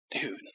dude